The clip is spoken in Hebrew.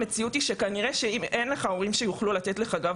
המציאות היא שאם אין לך הורים שיוכלו לתת לך גב